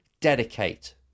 dedicate